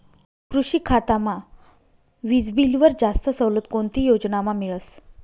कृषी खातामा वीजबीलवर जास्त सवलत कोणती योजनामा मिळस?